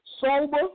sober